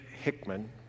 Hickman